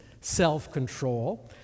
self-control